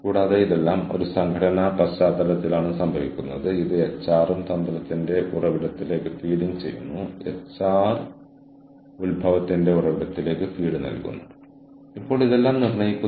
കൂടാതെ സംഘടനാ പരിധിക്കുള്ളിൽ അറിവും സ്പെഷ്യലിസ്റ്റ് വൈദഗ്ധ്യവും നങ്കൂരമിടുമ്പോൾ നെറ്റ്വർക്ക് ആവശ്യങ്ങൾ മാറുന്നതിനോട് പ്രതികരിക്കാനുള്ള വഴക്കം സ്ഥാപനങ്ങൾ നിലനിർത്തുന്നു